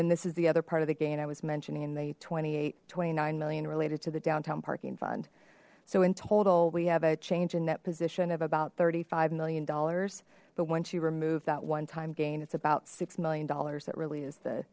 then this is the other part of the gain i was mentioning they twenty eight twenty nine million related to the downtown parking fund so in total we have a change in that position of about thirty five million dollars but once you remove that one time gain it's about six million dollars that really is th